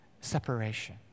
separation